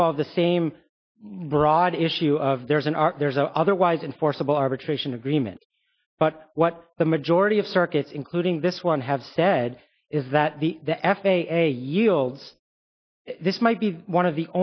involve the same broad issue of there's an arc there's an otherwise enforceable arbitration agreement but what the majority of circuits including this one have said is that the the f a a yields this might be one of the